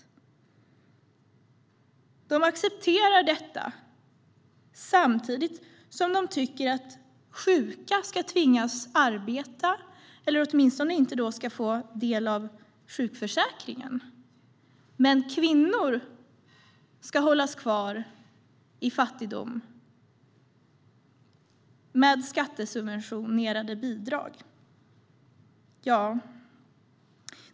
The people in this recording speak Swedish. Moderaterna accepterar detta samtidigt som de tycker att sjuka ska tvingas arbeta eller åtminstone inte få ta del av sjukförsäkringen. Men kvinnor ska tydligen hållas kvar i fattigdom med skattesubventionerade bidrag.